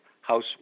House